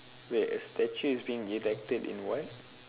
wait a statue is being erected in what